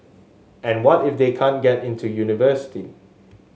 and what if they can't get into university